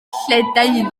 lledaenu